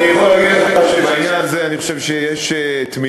אני יכול להגיד לך שאני חושב שבעניין הזה יש תמימות